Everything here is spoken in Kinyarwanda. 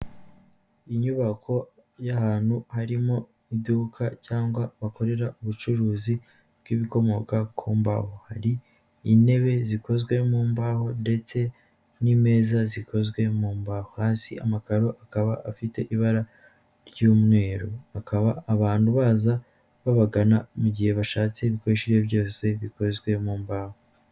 Inyubako y'ahantu harimo iduka cyangwa bakorera ubucuruzi bw'ibikomoka ku mbaho. Hari intebe zikozwe mu mbaho ndetse n'imeza zikozwe mu mbaho. Hasi amakaro akaba afite ibara ry'umweru. Bakaba abantu baza babagana mu gihe bashatse ibikoresho ibyo ari byo byose bikozwe mu mbaho.